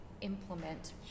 implement